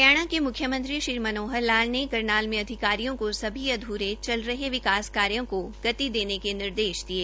हरियाणा के म्ख्यमंत्री श्री मनोहर लाल ने करनाल में अधिकारियों को सभी अध्रे चल रहे विकास कार्यों को गति देने के निर्देश दिये